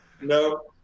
no